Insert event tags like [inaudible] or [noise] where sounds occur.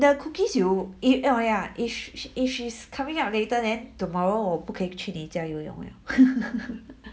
the cookies you eat oh ya if she is if she's coming up later then tomorrow 我不可以去你的家游泳了 [laughs]